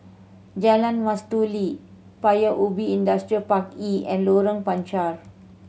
Jalan Mastuli Paya Ubi Industrial Park E and Lorong Panchar